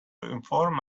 inform